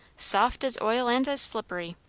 soft as oil, and as slippery.